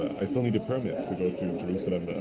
i still need a permit to go to jerusalem,